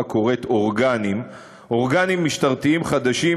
קוראת לו "אורגנים" אורגנים משטרתיים חדשים,